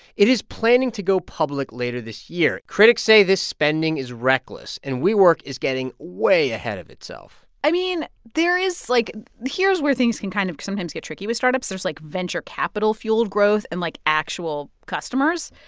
it is planning to go public later this year. critics say this spending is reckless, and wework is getting way ahead of itself i mean, there is, like here's where things can kind of sometimes get tricky with startups. there's, like, venture-capital-fueled growth and, like, actual customers.